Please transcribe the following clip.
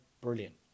brilliant